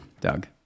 Doug